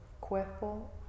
cuerpo